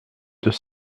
deux